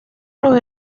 los